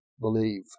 believe